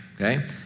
Okay